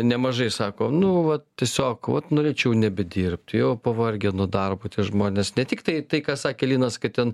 nemažai sako nu vat tiesiog vat norėčiau nebedirbt jau pavargę nuo darbo tie žmonės ne tiktai tai ką sakė linas kad ten